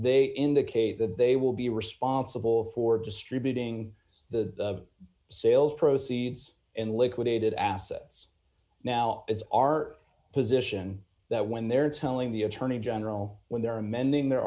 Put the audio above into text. they indicate d that they will be responsible d for distributing the sales proceeds and liquidated assets now it's our position that when they're telling the attorney general when they're amending the